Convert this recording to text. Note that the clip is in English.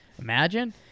Imagine